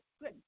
Good